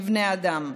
לבני האדם.